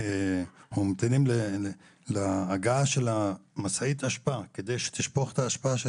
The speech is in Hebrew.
ממתינים להגעה של משאית האשפה כדי שתשפוך את האשפה,